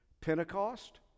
Pentecost